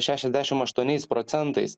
šešiasdešim aštuoniais procentais